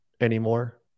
anymore